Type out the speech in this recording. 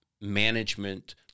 management